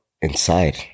inside